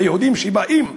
ביהודים שבאים להתגורר,